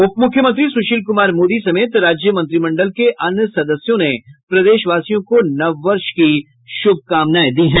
उप मुख्यमंत्री सुशील कुमार मोदी समेत राज्य मंत्रिमंडल के अन्य सदस्यों ने प्रदेशवासियों को नव वर्ष की शुभकामनाएं दी हैं